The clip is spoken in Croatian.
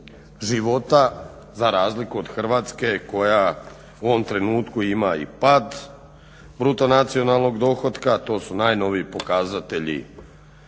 života za razliku od Hrvatske koja u ovom trenutku ima i pad BDP-a to su najnoviji pokazatelji